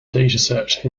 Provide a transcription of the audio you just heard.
dataset